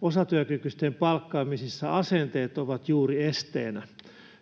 osatyökykyisten palkkaamisissa juuri asenteet ovat esteenä.